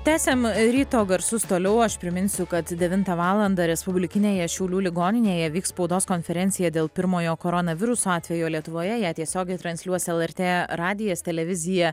tęsiam ryto garsus toliau aš priminsiu kad devintą valandą respublikinėje šiaulių ligoninėje vyks spaudos konferencija dėl pirmojo koronaviruso atvejo lietuvoje ją tiesiogiai transliuos lrt radijas televizija